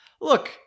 Look